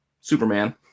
superman